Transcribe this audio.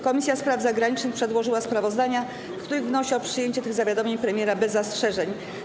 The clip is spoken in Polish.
Komisja Spraw Zagranicznych przedłożyła sprawozdania, w których wnosi o przyjęcie tych zawiadomień premiera bez zastrzeżeń.